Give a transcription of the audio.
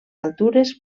altures